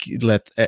let